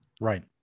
Right